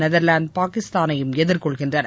Netherlands பாகிஸ்தானையும் எதிர்கொள்கின்றன